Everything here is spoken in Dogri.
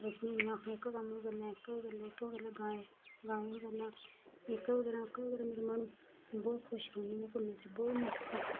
आ'ऊं आखनी एह्का कम्म बी करीं लैं एह्का बी करी लैं गाय गाय बी करना एहका बी करा ओह्का बी करां मेरा मन ते में बहुत खुश रौह्नी ऐ कम्में च बहुत मस्त आं